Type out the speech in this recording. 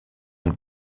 donc